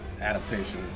adaptation